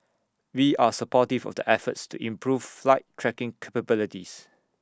we are supportive of the efforts to improve flight tracking capabilities